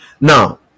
now